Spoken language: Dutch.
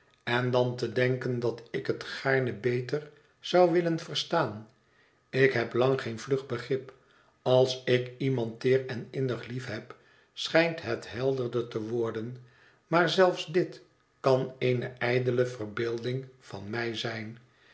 en dan te denken dat ik het gaarne beter zou willen verstaan ik heb lang geen vlug begrip als ik iemand teer en innig lief heb schijnt het helderder te worden maar zelfs dit kan eene ijdele verbeelding van mij zijn